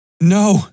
No